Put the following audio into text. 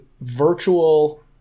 virtual